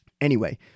Anyway-